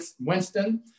Winston